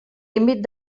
límit